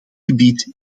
gebied